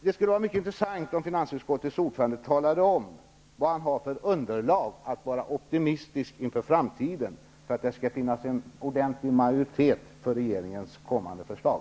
Det skulle vara mycket intressant om finansutskottets ordförande talade om vad han har för underlag för att vara optimistisk inför framtiden, för att det skall finnas en ordentlig majoritet för regeringens kommande förslag.